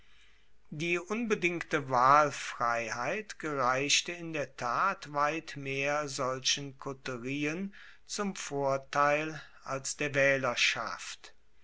die unbedingte wahlfreiheit gereichte in der tat weit mehr solchen koterien zum vorteil als der waehlerschaft